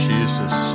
Jesus